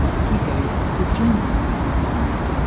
he goes to the gym in the morning